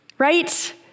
right